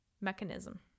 mechanism